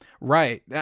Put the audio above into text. Right